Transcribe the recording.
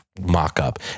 mock-up